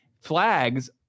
flags